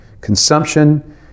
consumption